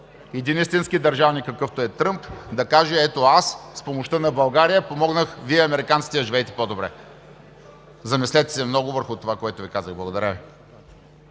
един истински държавник, какъвто е Тръмп, да каже: ето аз, с помощта на България, помогнах Вие американците да живеете по-добре. Замислете се много върху това, което Ви казах. Благодаря Ви.